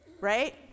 Right